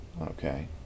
okay